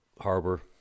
harbor